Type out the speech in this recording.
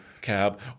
cab